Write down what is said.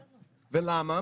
ולמה?